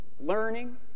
Learning